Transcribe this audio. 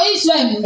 Israel